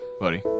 buddy